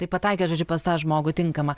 tai pataikėk žodžiu pas tą žmogų tinkamą